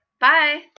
Bye